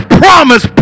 promise